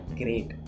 great